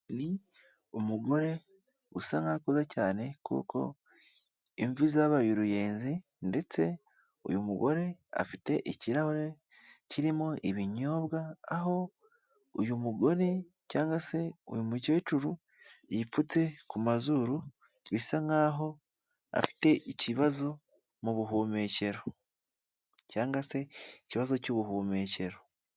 Ni umugore usa nk'aho akuze cyane kuko imvi zabaye uruyenzi ndetse uyu mugore afite ikirahure kirimo ibinyobwa, aho uyu mugore cyangwa se uyu mukecuru yipfutse ku mazuru bisa nk'aho afite ikibazo mu buhumekero cyangwa se ikibazo cy'ubuhumekero.